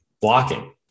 blocking